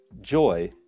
joy